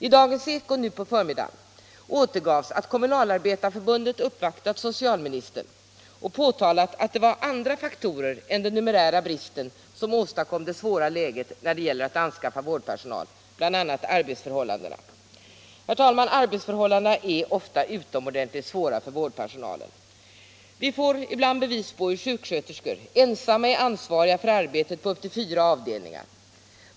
I Dagens eko på förmiddagen återgavs att Kommunalarbetareförbundet uppvaktat socialministern och påtalat aut det var andra faktorer än den numerära bristen som åstadkom det svåra läget när det gäller att anskaffa vårdpersonal, bl.a. arbetsförhållandena. Herr talman! Arbetsförhållandena är ofta utomordentligt svåra för vårdpersonalen. Vi får ibland bevis på hur sjuksköterskor ensamma är ansvariga för arbetet på upp till fyra avdelningar.